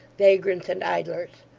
vagrants, and idlers.